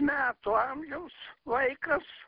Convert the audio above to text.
metų amžiaus vaikas